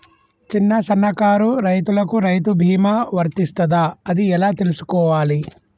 చిన్న సన్నకారు రైతులకు రైతు బీమా వర్తిస్తదా అది ఎలా తెలుసుకోవాలి?